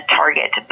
target